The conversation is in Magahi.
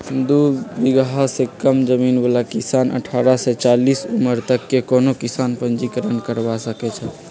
दू बिगहा से कम जमीन बला किसान अठारह से चालीस उमर तक के कोनो किसान पंजीकरण करबा सकै छइ